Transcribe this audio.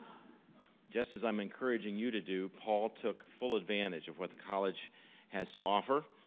just as i'm encouraging you to do, paul took full advantage of what college has to offer.